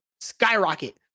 skyrocket